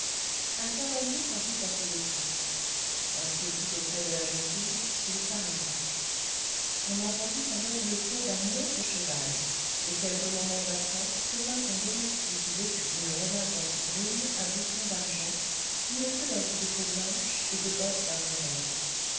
un cavalier parut à ce détour lorsqu'il fut auprès de la jeune fille il s'arrêta on entendit alors le trot d'un autre cheval et quelques moments après survint un domestique vêtu d'une redingote brune à boutons d'argent d'une culotte de peau blanche et de bottes à revers